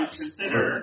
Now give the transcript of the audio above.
consider